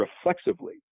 reflexively